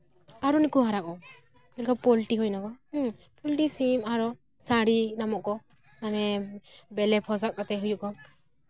ᱟᱨᱚ ᱱᱩᱠᱩ ᱦᱟᱨᱟᱜ ᱟᱠᱚ ᱡᱮᱞᱮᱠᱟ ᱯᱳᱞᱴᱨᱤ ᱦᱩᱭ ᱱᱟᱠᱚ ᱯᱳᱞᱴᱤ ᱥᱤᱢ ᱟᱨᱚ ᱥᱟᱺᱰᱤ ᱧᱟᱢᱚᱜ ᱟᱠᱚ ᱢᱟᱱᱮ ᱵᱮᱞᱮ ᱯᱚᱥᱟᱜ ᱠᱟᱛᱮᱜ ᱦᱩᱭᱩᱜ ᱟᱠᱚ